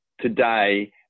today